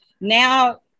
Now